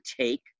take